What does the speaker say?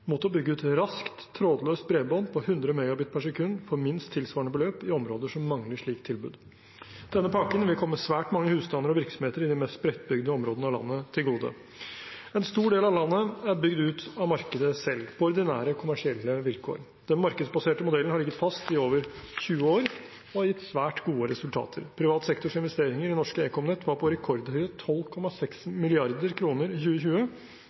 mot å bygge ut raskt, trådløst bredbånd på 100 Mbit/s for minst tilsvarende beløp i områder som mangler et slikt tilbud. Denne pakken vil komme svært mange husstander og virksomheter i de mest spredtbygde områdene av landet til gode. En stor del av landet er bygd ut av markedet selv på ordinære kommersielle vilkår. Den markedsbaserte modellen har ligget fast i over 20 år og gitt svært gode resultater. Privat sektors investeringer i norske ekomnett var på rekordhøye 12,6 mrd. kr i 2020,